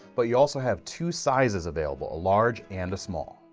but you also have two sizes available, a large and a small.